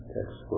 Text